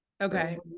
Okay